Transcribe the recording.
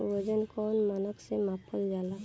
वजन कौन मानक से मापल जाला?